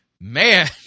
man